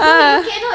aha